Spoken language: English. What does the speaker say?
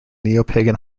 neopagan